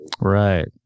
Right